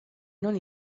non